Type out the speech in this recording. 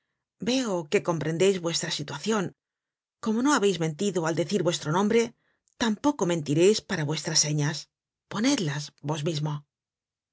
veo que comprendeis vuestra situacion como no habeis mentido al decir vuestro nombre tampoco mentireis para vuestras señas ponedlas vos mismo